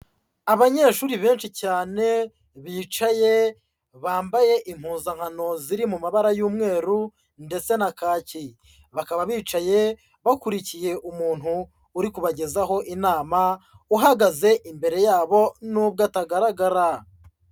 Abanyeshuri benshi cyane bicaye bambaye impuzankano ziri mu mabara y'umweru ndetse na kaki, bakaba bicaye bakurikiye umuntu uri kubagezaho inama uhagaze imbere yabo nubwo atagaragara.